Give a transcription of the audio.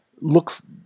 looks